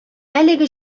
әлеге